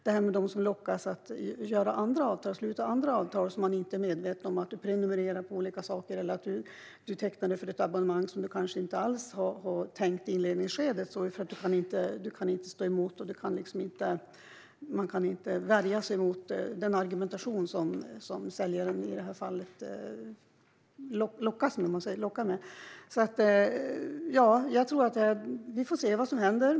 Det handlar om dem som lockas att sluta andra avtal, som de inte är medvetna om. Man prenumererar på olika saker eller tecknar sig för ett abonnemang som man kanske inte alls har tänkt i inledningsskedet - detta för att man inte kan stå emot och för att man inte kan värja sig mot den argumentation som säljaren i detta fall lockar med. Vi får se vad som händer.